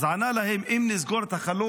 אז הוא ענה להם: אם נסגור את החלון,